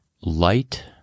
light